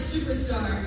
superstar